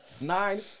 nine